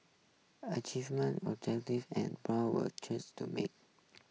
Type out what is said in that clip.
achievement objective and were chase to make